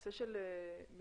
הנושא של המיקום,